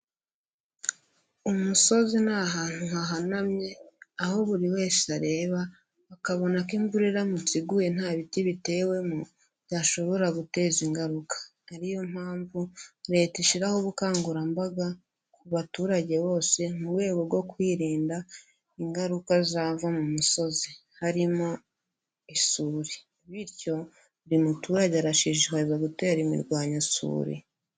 Umusozi ni ahantu hahanamye aho buri wese areba akabona ko imvura iramutse iguye nta biti bitewemo byashobora guteza ingaruka, ari yo mpamvu leta ishyiraho ubukangurambaga ku baturage bose mu rwego rwo kwirinda ingaruka zava mu misozi harimo isuri, bityo buri muturage arashishikariza gutera imirwanyasuri.